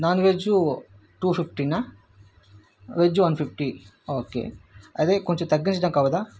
non veg two fifty నా veg one fifty okay అదే కొంచెం తగ్గించడం అవ్వదా